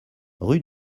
rue